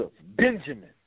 Benjamin